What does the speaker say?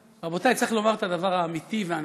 רבותיי, צריך לומר את הדבר האמיתי והנכון.